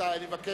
רבותי, אני מבקש.